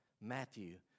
Matthew